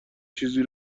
چیزی